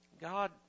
God